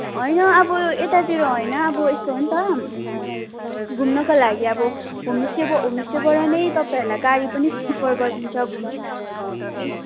होइन अब यतातिर होइन अब यस्तो हो नि त घुम्नको लागि अब होमस्टे अब होमस्टेबाट नै तपाईँहरूलाई गाडी पनि प्रिफर गरिदिन्छ घुम्नको लागि